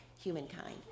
humankind